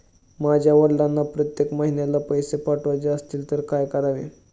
माझ्या वडिलांना प्रत्येक महिन्याला पैसे पाठवायचे असतील तर काय करावे?